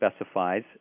specifies